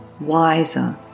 wiser